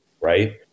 right